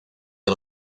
del